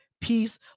Peace